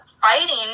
fighting